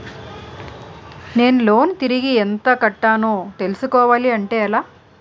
నేను లోన్ తిరిగి ఎంత కట్టానో తెలుసుకోవాలి అంటే ఎలా?